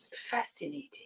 Fascinating